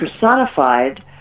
personified